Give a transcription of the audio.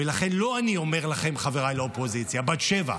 לכן לא אני אומר לכם, חבריי לאופוזיציה, בת שבע.